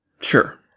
Sure